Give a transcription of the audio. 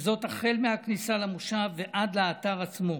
וזאת החל מהכניסה למושב ועד לאתר עצמו.